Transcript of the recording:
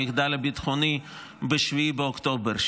המחדל הביטחוני ב-7 באוקטובר,